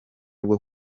bwo